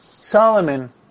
Solomon